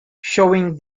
showing